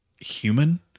Human